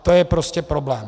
To je prostě problém.